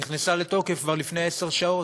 נכנסה לתוקף כבר לפני עשר שעות,